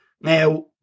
Now